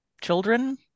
children